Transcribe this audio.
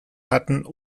hatten